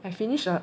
I finished the